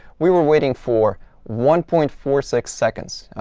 we were waiting for one point four six seconds.